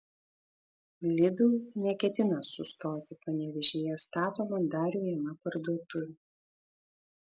lidl neketina sustoti panevėžyje statoma dar viena parduotuvė